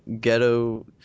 ghetto